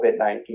COVID-19